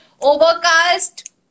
Overcast